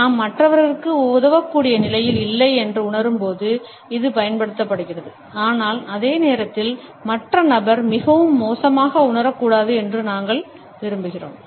நாம் மற்றவர்களுக்கு உதவக்கூடிய நிலையில் இல்லை என்று உணரும்போது இது பயன்படுத்தப்படுகிறது ஆனால் அதே நேரத்தில் மற்ற நபர் மிகவும் மோசமாக உணரக்கூடாது என்று நாங்கள் விரும்புகிறோம்